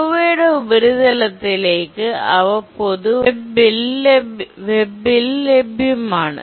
ചൊവ്വയുടെ ഉപരിതലത്തിലേക്ക് അവ പൊതുവായി വെബിൽ ലഭ്യമാണ്